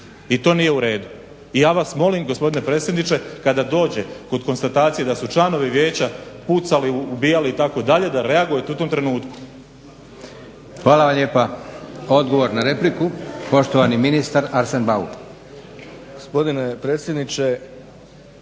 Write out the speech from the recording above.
i to nije u redu. I ja vas molim gospodine predsjedniče, kada dođe kod konstatacije da su članovi vijeća pucali, ubijali, itd. da reagirate u tom trenutku. **Leko, Josip (SDP)** Hvala vam lijepa. Odgovor na repliku, poštovani ministar Arsen Bauk.